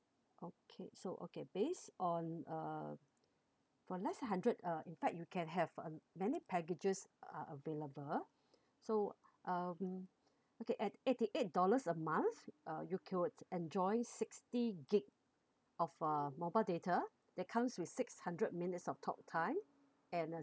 okay so okay based on uh for less than hundred uh in fact you can have uh many packages are available so uh we okay and eighty eight dollars a month uh you could enjoy sixty gig of uh mobile data that comes with six hundred minutes of talk time and uh